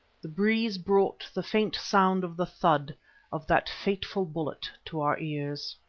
the breeze brought the faint sound of the thud of that fateful bullet to our ears.